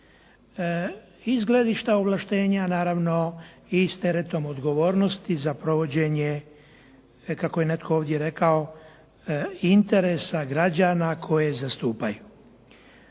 s gledišta ovlaštenja naravno i s teretom odgovornosti za provođenje, kako je netko ovdje rekao, interesa građana koje zastupaju.